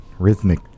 rhythmic